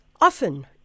Often